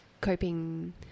coping